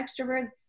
extroverts